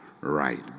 right